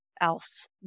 else